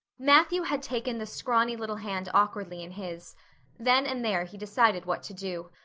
matthew had taken the scrawny little hand awkwardly in his then and there he decided what to do.